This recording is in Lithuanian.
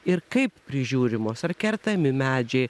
ir kaip prižiūrimos ar kertami medžiai